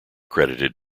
credited